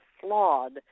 flawed